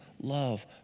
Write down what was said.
love